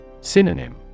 Synonym